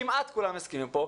כמעט כולם הסכימו כאן,